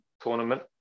Tournament